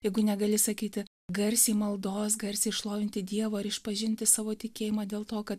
jeigu negali sakyti garsiai maldos garsiai šlovinti dievą ir išpažinti savo tikėjimą dėl to kad